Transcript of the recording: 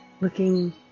looking